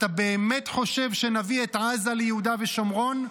אתה באמת חושב שנביא את עזה ליהודה ושומרון?